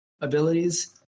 abilities